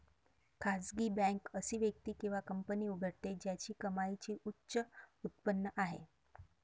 खासगी बँक अशी व्यक्ती किंवा कंपनी उघडते ज्याची कमाईची उच्च उत्पन्न आहे